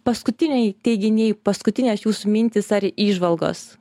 paskutiniai teiginiai paskutinės jūsų mintys ar įžvalgos